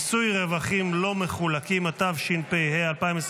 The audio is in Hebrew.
(מיסוי רווחים לא מחולקים), התשפ"ה 2024,